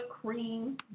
cream